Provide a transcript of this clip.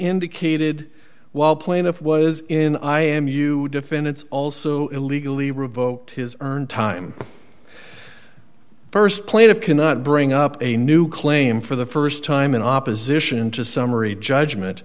indicated while plaintiff was in i am you defendant's also illegally revoked his earned time st plan of cannot bring up a new claim for the st time in opposition to summary judgement